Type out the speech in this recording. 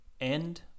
End